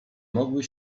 mogły